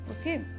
Okay